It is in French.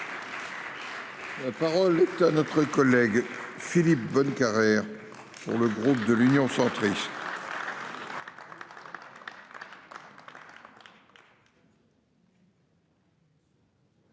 La parole est à notre collègue Philippe Bonnecarrère pour le groupe de l'Union centriste.